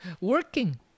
working